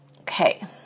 Okay